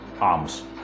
arms